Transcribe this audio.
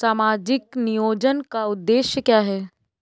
सामाजिक नियोजन का उद्देश्य क्या है?